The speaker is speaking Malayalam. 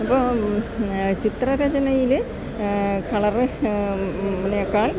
ഇപ്പോള് ചിത്ര രചനയില് കളറ് നേക്കാൾ